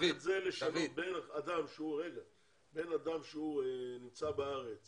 צריך לשנות בין אחד שהוא נמצא בארץ